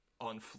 on